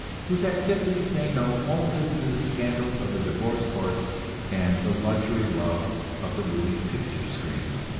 whose activities they know only through the scandals of the divorce courts and the luxury-love of the moving picture screen.